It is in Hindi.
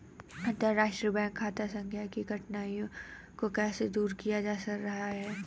अंतर्राष्ट्रीय बैंक खाता संख्या की कठिनाइयों को कैसे दूर किया जा रहा है?